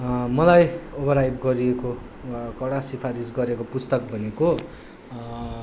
मलाई over hype गरिएको कडा सिफारिस गरेको पुस्तक भनेको